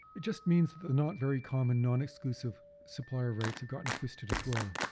just means the not very common, non-exclusive supplier rights have gotten twisted as well.